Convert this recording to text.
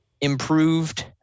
improved